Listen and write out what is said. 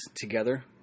together